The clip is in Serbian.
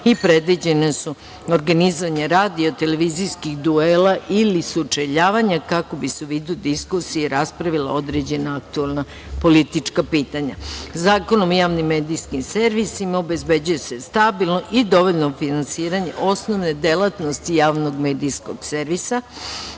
i predviđeno je organizovanje radio-televizijskih duela ili sučeljavanja kako bi se u vidu diskusije raspravilo određena aktuelna politička pitanja. Zakonom o javnim medijskim servisima obezbeđuje se stabilno i dovoljno finansiranje osnovne delatnosti javnog medijskog servisa,